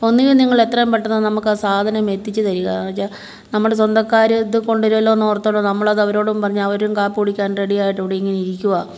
ഒന്നുകിൽ നിങ്ങളെത്രേം പെട്ടന്നാ നമുക്കാ സാധനം എത്തിച്ച് തരിക നമ്മുടെ സ്വന്തക്കാർ ഇത് കൊണ്ട് വരുവല്ലോന്ന് ഓർത്ത് നമ്മളതവരോടും പറഞ്ഞ് അവരും കാപ്പി കുടിക്കാൻ റെഡി ആയിട്ട് ഇവിടിങ്ങനെ ഇരിക്കുവാ